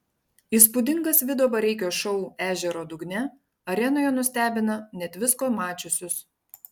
įspūdingas vido bareikio šou ežero dugne arenoje nustebino net visko mačiusius